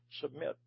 submit